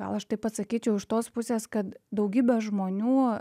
gal aš taip pasakyčiau iš tos pusės kad daugybė žmonių